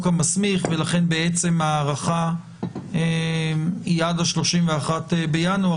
המסמיך ולכן הארכה היא עד ה-31 בינואר,